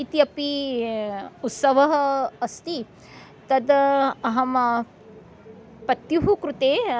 इत्यपि उत्सवः अस्ति तद् अहं पत्युः कृते